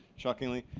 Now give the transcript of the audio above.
shockingly.